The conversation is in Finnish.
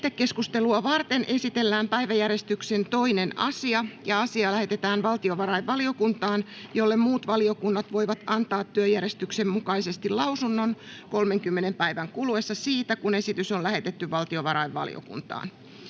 Lähetekeskustelua varten esitellään päiväjärjestyksen 2. asia. Asia lähetetään valtiovarainvaliokuntaan, jolle muut valiokunnat voivat antaa työjärjestyksen mukaisesti lausunnon 30 päivän kuluessa siitä, kun esitys on lähetetty valtiovarainvaliokuntaan.